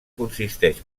consisteix